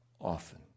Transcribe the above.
often